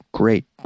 great